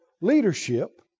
leadership